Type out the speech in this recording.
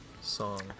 song